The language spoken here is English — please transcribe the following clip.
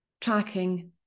tracking